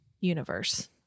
universe